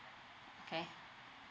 okay